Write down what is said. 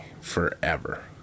forever